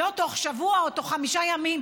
ולא: תוך שבוע או תוך חמישה ימים,